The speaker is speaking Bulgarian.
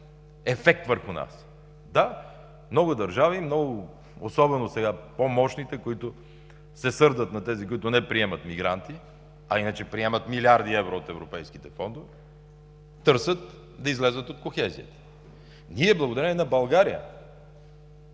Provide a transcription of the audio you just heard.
ефект върху нас. Да, много държави, особено по-мощните, които се сърдят на тези, които не приемат мигранти, а иначе приемат милиарди евро от европейските фондове, търсят да излязат от кохезията. Благодарение на България,